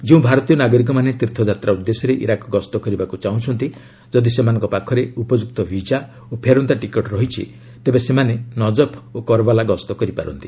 ଯେଉଁ ଭାରତୀୟ ନାଗରିକମାନେ ତୀର୍ଥଯାତ୍ରା ଉଦ୍ଦେଶ୍ୟରେ ଇରାକ୍ ଗସ୍ତ କରିବାକୁ ଚାହୁଁଛନ୍ତି ଯଦି ସେମାନଙ୍କ ପାଖରେ ଉପଯୁକ୍ତ ବିଜା ଓ ଫେରନ୍ତା ଟିକଟ ରହିଛି ତେବେ ସେମାନେ ନଜପ୍ ଓ କରବଲା ଗସ୍ତ କରିପାରନ୍ତି